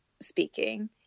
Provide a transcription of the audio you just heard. speaking